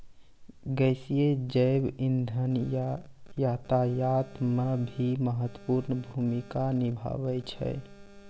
गैसीय जैव इंधन यातायात म भी महत्वपूर्ण भूमिका निभावै छै